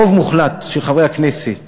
רוב מוחלט של חברי הכנסת